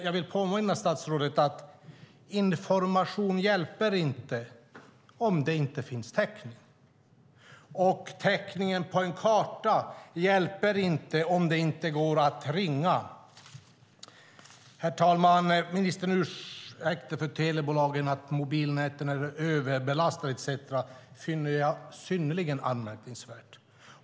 Jag vill påminna statsrådet om att information inte hjälper om det inte finns täckning, och täckningen på en karta hjälper inte om det inte går att ringa. Herr talman! Ministern ursäktar telebolagen med att mobilnäten är överbelastade etcetera. Det finner jag synnerligen anmärkningsvärt.